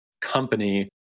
company